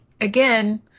again